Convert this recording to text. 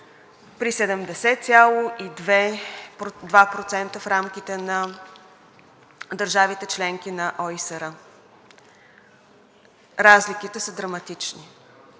при 70,2% в рамките на държавите – членки на ОИСР, разликите са драматични.